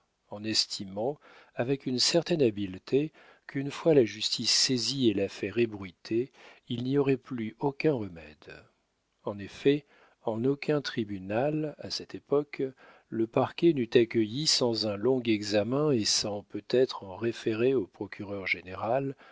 en estimant avec une certaine habileté qu'une fois la justice saisie et l'affaire ébruitée il n'y aurait plus aucun remède en effet en aucun tribunal à cette époque le parquet n'eût accueilli sans un long examen et sans peut-être en référer au procureur-général